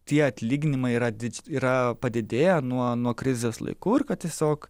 tie atlyginimai yra didž yra padidėję nuo nuo krizės laikų ir kad tiesiog